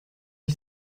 ich